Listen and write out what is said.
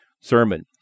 sermon